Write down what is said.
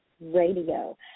Radio